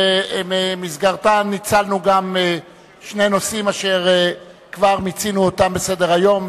שבמסגרתן ניצלנו גם שני נושאים שכבר מיצינו אותם בסדר-היום,